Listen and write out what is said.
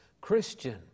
Christian